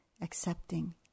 accepting